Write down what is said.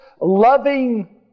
loving